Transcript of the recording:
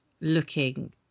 looking